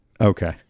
Okay